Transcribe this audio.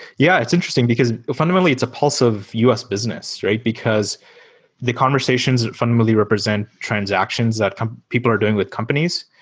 yeah, it's interesting, because, fundamentally, it's a pulse of us business, right? because the conversations fundamentally represent transactions that people are doing with companies.